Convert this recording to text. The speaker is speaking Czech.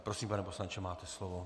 Prosím, pane poslanče, máte slovo.